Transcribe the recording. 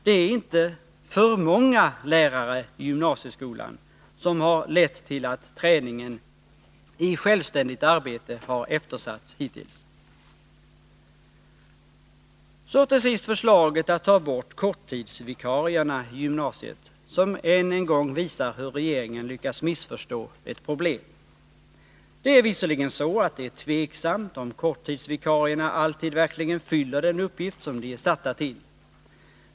Det är inte för många lärare i gymnasieskolan som har lett till att träningen i självständigt arbete har eftersatts hittills. Så till sist förslaget att ta bort korttidsvikarierna i gymnasiet, som än en gång visar hur regeringen lyckas missförstå ett problem. Det är visserligen tveksamt om korttidsvikarierna alltid verkligen fyller den uppgift som de är satta till.